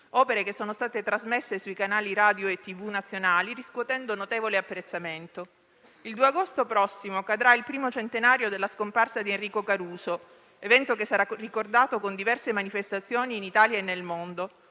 opere che sono state trasmesse sui canali radio e TV nazionali, riscuotendo notevole apprezzamento. Il 2 agosto prossimo cadrà il primo centenario della scomparsa di Enrico Caruso, evento che sarà ricordato con diverse manifestazioni in Italia e nel mondo.